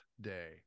day